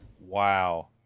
Wow